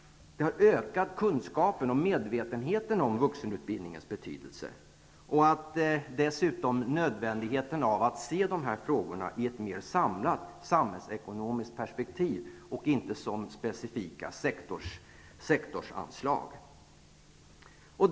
Det har ökat kunskapen och medvetenheten om vuxenutbildningens betydelse. Det är dessutom nödvändigt att se dessa frågor i ett mer samlat samhällsekonomiskt perspektiv och inte som specifika sektorsanslag.